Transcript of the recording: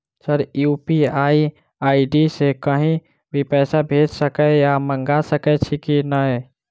Sir UPI ID सँ कहि भी पैसा भेजि सकै या मंगा सकै छी की न ई?